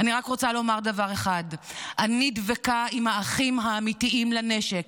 אני רק רוצה לומר דבר אחד: אני דבקה באחים האמיתיים לנשק,